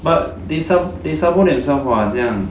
but they sabo they sabo themselves [what] 这样